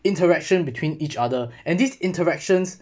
interaction between each other and these interactions